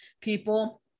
people